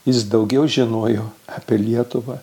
jis daugiau žinojo apie lietuvą